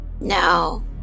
No